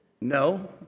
No